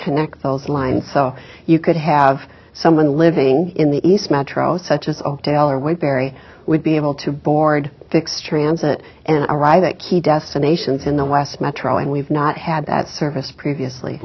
connect those lines so you could have someone living in the east metro such as oakdale or with barry would be able to board fix transit and arrive at key desk a nation's in the west metro and we've not had that service previously